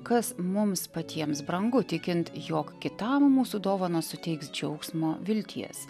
kas mums patiems brangu tikint jog kitam mūsų dovanos suteiks džiaugsmo vilties